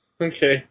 Okay